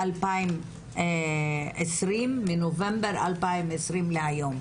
מ-2020 בנובמבר להיום,